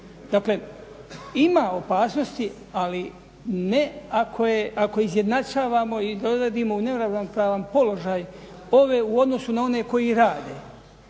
Dakle ima opasnosti ali ne ako izjednačavamo i dovodimo u neravnopravan položaj ove u odnosu na one koji rade.